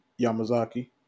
Yamazaki